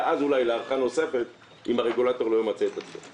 ואז אולי להארכה נוספת אם הרגולטור לא ימצה את עצמו.